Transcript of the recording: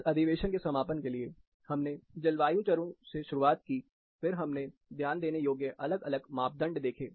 इस अधिवेशन के समापन के लिए हमने जलवायु चरों से शुरुआत की फिर हमने ध्यान देने योग्य अलग अलग मापदंड देखें